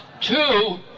two